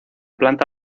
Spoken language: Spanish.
planta